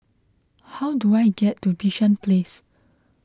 how do I get to Bishan Place